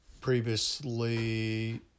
previously